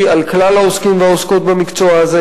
על כלל העוסקים והעוסקות במקצוע הזה.